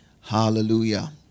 Hallelujah